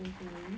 mmhmm